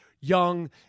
young